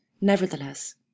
Nevertheless